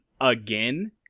again